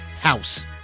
house